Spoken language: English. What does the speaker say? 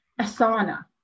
Asana